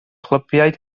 clybiau